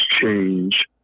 change